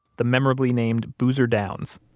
the memorably named boozer downs,